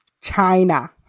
China